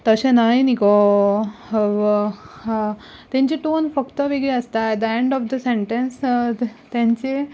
तशें न्हय निगो तेंचे टॉन फक्त वेगळी आसता at the end of the sentence तेंची